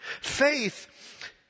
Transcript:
Faith